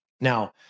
Now